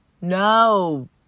No